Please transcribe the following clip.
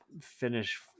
finish